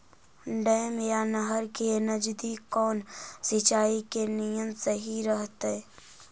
Dam या नहर के नजदीक कौन सिंचाई के नियम सही रहतैय?